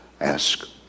Ask